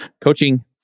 coaching